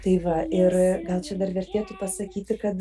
tai va ir gal čia dar vertėtų pasakyti kad